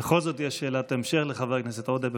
בכל זאת יש שאלת המשך לחבר הכנסת עודה.